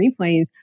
replays